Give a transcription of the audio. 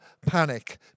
panic